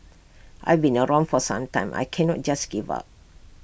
I've been around for some time I cannot just give up